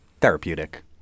therapeutic